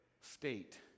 state